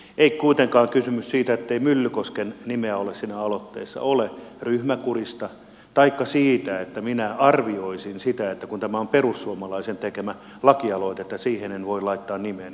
ei kuitenkaan kysymys siinä ettei myllykosken nimeä ole siinä aloitteessa ole ryhmäkurista taikka siitä että minä arvioisin sitä että kun tämä on perussuomalaisen tekemä lakialoite siihen en voi laittaa nimeäni